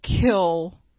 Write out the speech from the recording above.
kill